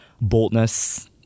boldness